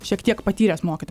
šiek tiek patyręs mokytojas